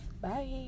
Bye